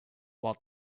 while